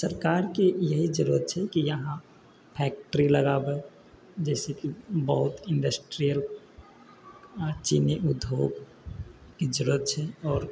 सरकारके इएह जरूरत छै कि इहाँ फैक्टरी लगाबै जइसेकि बहुत इण्डस्ट्रिअल आओर चीनी उद्योगके जरूरत छै आओर